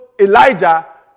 Elijah